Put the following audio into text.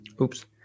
Oops